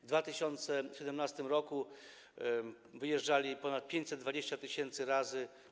W 2017 r. wyjeżdżali ponad 520 tys. razy.